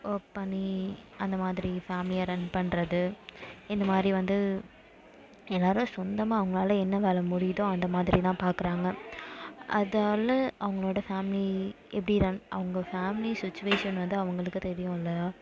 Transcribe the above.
work பண்ணி அந்தமாதிரி ஃபேமிலியை ரன் பண்ணுறது இந்தமாதிரி வந்து எல்லாரும் சொந்தமாக அவங்களால என்ன வேலை முடியுதோ அந்தமாதிரி தான் பார்க்குறாங்க அதால அவங்களோட ஃபேமிலி எப்படி ரன் அவங்க ஃபேமிலி சுச்சுவேஷன் வந்து அவங்களுக்கு தெரியும் இல்லையா